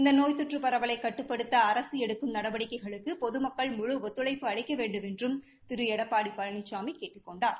இந்த நோய் தொற்று பரவலை கட்டுப்படுத்த அரசு எடுக்கும் நடவடிக்கைகளுக்கு பொதுமக்கள் முழு ஒத்துழைப்பு அளிக்க வேண்டுமென்றும் திரு எடப்பாடி பழனிசாமி கேட்டுக் கொண்டார்